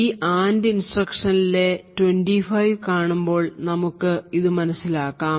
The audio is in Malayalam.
ഈ AND ഇൻസ്ട്രക്ഷനിലെ 25 കാണുമ്പോൾ നമുക്ക് അത് മനസ്സിലാവും